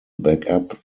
backup